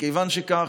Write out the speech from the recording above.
מכיוון שכך,